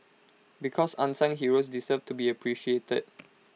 because unsung heroes deserve to be appreciated